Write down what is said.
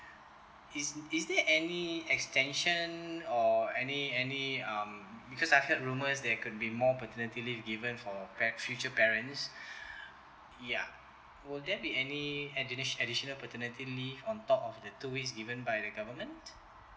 is is there any extension or any any um because I heard rumours there could be more paternity leave given for pare future parents ya will there be any additional paternity leave on top of the two weeks given by the government